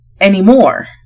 anymore